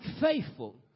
faithful